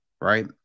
right